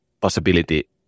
possibility